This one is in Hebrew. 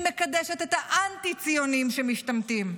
היא מקדשת את האנטי-ציונים שמשתמטים.